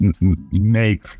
make